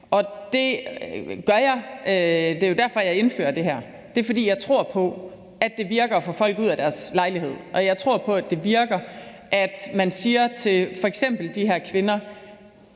mere. Det er jo derfor, jeg indfører det her. Det gør jeg, fordi jeg tror på, at det virker at få folk ud af deres lejlighed, og jeg tror på, at det virker, at man siger til f.eks. de her kvinder: